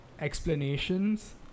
explanations